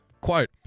Quote